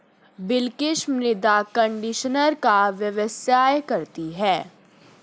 बिलकिश मृदा कंडीशनर का व्यवसाय करती है